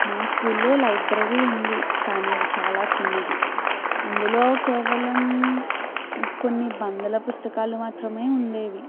మా స్కూల్లో లైబ్రరీ ఉంది కానీ అది చాలా చిన్నది అందులో కేవలం కొన్ని వందల పుస్తకాలు మాత్రమే ఉండేవి